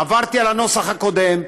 עברתי על הנוסח הקודם,